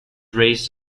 raised